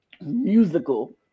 musical